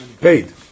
paid